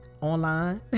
online